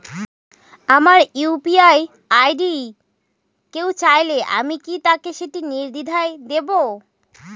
আমার UPI ID কেউ চাইলে কি আমি তাকে সেটি নির্দ্বিধায় দেব?